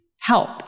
help